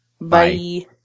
Bye